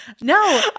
No